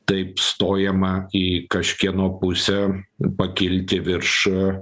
taip stojama į kažkieno pusę pakilt į viršų